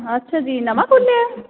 ਅੱਛਾ ਜੀ ਨਵਾਂ ਖੋਲ੍ਹਿਆ